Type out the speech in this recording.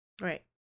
Right